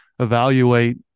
evaluate